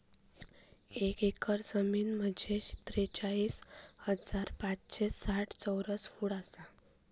एक एकर जमीन म्हंजे त्रेचाळीस हजार पाचशे साठ चौरस फूट आसा